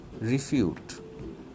Refute